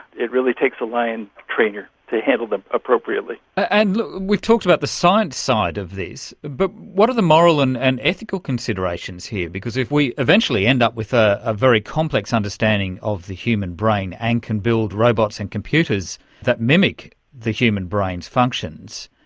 it really takes a lion trainer to handle them appropriately. and we've talked about the science side of this, but what are the moral and and ethical considerations here? because if we eventually end up with a very complex understanding of the human brain and can build robots and computers that mimic the human brain's functions,